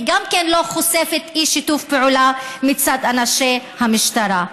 היא גם לא חושפת אי-שיתוף פעולה מצד אנשי המשטרה.